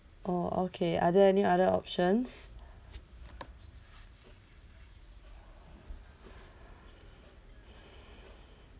oh okay are there any other options